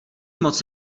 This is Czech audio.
moc